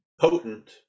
potent